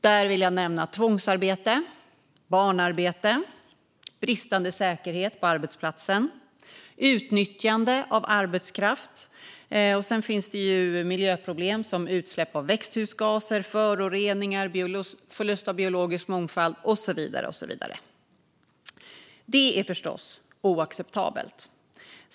Där vill jag nämna tvångsarbete, barnarbete, bristande säkerhet på arbetsplatsen och utnyttjande av arbetskraft. Sedan finns det miljöproblem som utsläpp av växthusgaser, föroreningar, förlust av biologisk mångfald och så vidare. Det är förstås oacceptabelt.